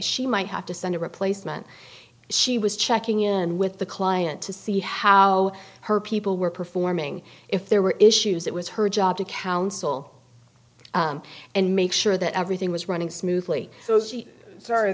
she might have to send a replacement she was checking in with the client to see how her people were performing if there were issues it was her job to counsel and make sure that everything was running smoothly so she sorry